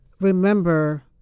remember